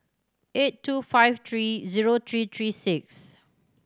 eight two five three zero three three six